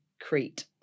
Crete